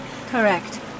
Correct